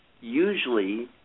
usually